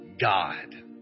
God